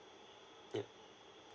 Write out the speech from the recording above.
yup